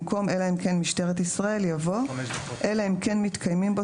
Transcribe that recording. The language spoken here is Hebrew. במקום "אלא אם כן משטרת ישראל" יבוא "אלא אם כן מתקיימים בו